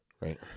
right